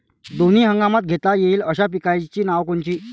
दोनी हंगामात घेता येईन अशा पिकाइची नावं कोनची?